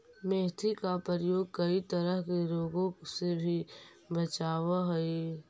मेथी का प्रयोग कई तरह के रोगों से भी बचावअ हई